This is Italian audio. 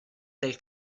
del